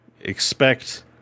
expect